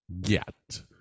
get